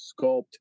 sculpt